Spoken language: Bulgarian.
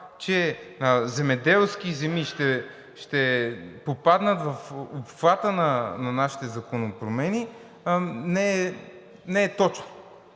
че земеделски земи ще попаднат в обхвата на нашите законопромени, не е точно.